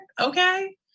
okay